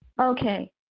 Okay